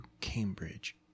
Cambridge